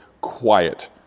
quiet